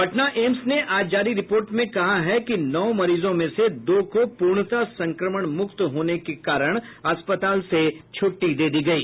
Patna AIIMS ने आज जारी रिपोर्ट में कहा है कि नौ मरीजों में से दो को पूर्णतः संक्रमण मुक्त होने के कारण अस्पताल से छुट्टी दे दी गयी